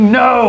no